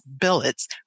billets